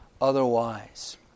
otherwise